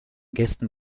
gästen